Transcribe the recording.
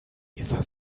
eva